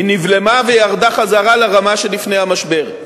היא נבלמה וירדה חזרה לרמה שלפני המשבר.